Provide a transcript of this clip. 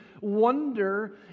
wonder